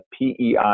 PEI